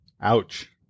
Ouch